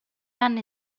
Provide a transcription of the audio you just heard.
anni